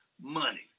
money